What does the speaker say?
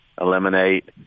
eliminate